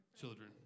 children